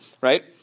right